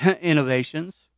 Innovations